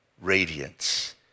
Radiance